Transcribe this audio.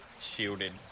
shielded